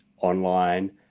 online